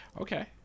okay